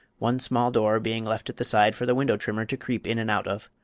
one small door being left at the side for the window-trimmer to creep in and out of.